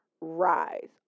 rise